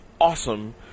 awesome